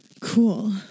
cool